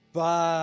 Bye